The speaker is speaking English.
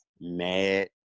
mad